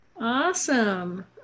awesome